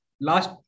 last